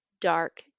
dark